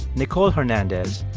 nicole hernandez,